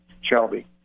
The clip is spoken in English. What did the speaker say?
Shelby